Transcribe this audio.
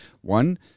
One